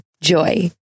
Joy